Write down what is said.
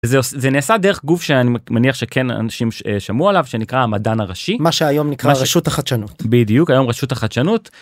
זה עוש... זה נעשה דרך גוף שאני מניח שכן אנשים ש... שמעו עליו שנקרא המדען הראשי... מה שהיום נקרא רשות החדשנות. בדיוק היום רשות החדשנות,